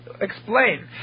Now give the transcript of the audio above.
explain